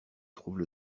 trouves